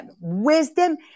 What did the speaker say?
Wisdom